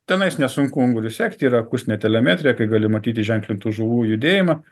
tenais nesunku ungurį sekti yra akustinė telemetrija kai gali matyti ženklintų žuvų judėjimą